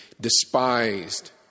despised